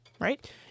right